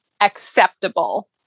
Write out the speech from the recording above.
acceptable